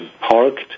parked